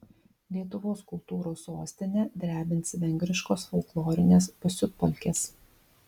lietuvos kultūros sostinę drebins vengriškos folklorinės pasiutpolkės